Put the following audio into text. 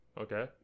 Okay